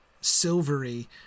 silvery